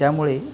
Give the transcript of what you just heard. त्यामुळे